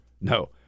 No